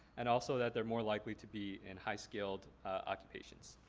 and also that they're more likely to be in high-scaled occupations.